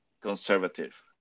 conservative